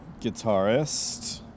guitarist